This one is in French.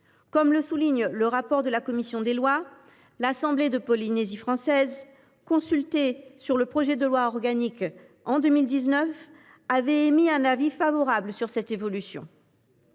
Comme le souligne le rapport de la commission des lois, l’assemblée de la Polynésie française, consultée sur le projet de loi organique en 2019, avait émis un avis favorable sur cette évolution.